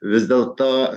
vis dėlto